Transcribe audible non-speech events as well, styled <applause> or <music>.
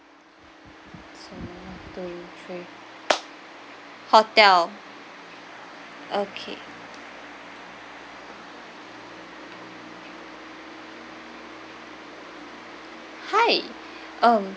so one two three <noise> hotel okay hi um